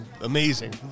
amazing